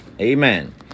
Amen